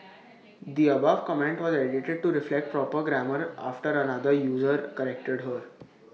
the above comment was edited to reflect proper grammar after another user corrected her